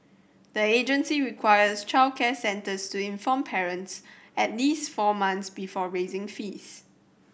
the agency requires childcare centres to inform parents at least four months before raising fees